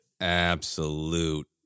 absolute